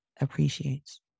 appreciates